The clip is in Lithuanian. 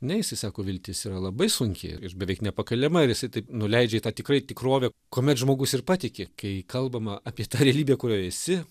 ne jisai sako viltis yra labai sunki ir beveik nepakeliama ir jisai taip nuleidžia į tą tikrai tikrovę kuomet žmogus ir patiki kai kalbama apie tą realybę kurioje esi